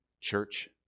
church